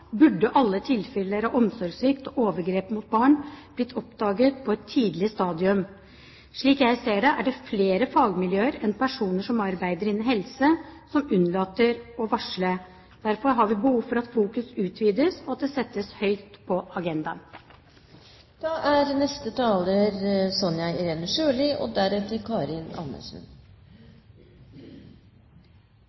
burde alle tilfeller av omsorgssvikt og overgrep mot barn blitt oppdaget på et tidlig stadium. Slik jeg ser det, er det flere fagmiljøer enn personer som arbeider innen helse, som unnlater å varsle. Derfor har vi behov for at fokuset utvides, og at det settes høyt opp på